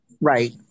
Right